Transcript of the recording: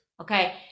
Okay